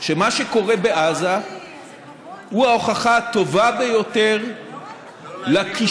שמה שקורה בעזה הוא ההוכחה הטובה ביותר לכישלון